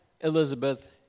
Elizabeth